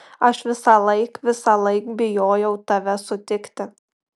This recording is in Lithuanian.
aš visąlaik visąlaik bijojau tave sutikti